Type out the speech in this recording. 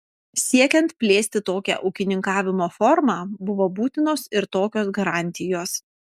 siekiant plėsti tokią ūkininkavimo formą buvo būtinos ir tokios garantijos